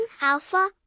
Alpha